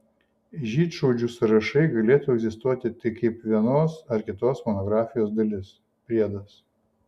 žydšaudžių sąrašai galėtų egzistuoti tik kaip vienos ar kitos monografijos dalis priedas